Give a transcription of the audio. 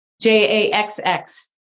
J-A-X-X